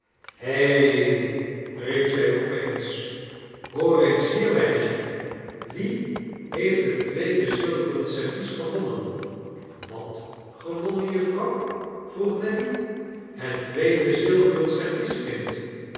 riep zij op eens hoor eens hier meisjel vvie heeft het tweede zilveren servies gewoimen wat gewonnen jufvrouw vroeg nelly het tweede zilveren servies kind